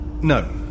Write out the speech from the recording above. No